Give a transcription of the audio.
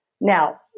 Now